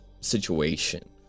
situation